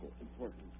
important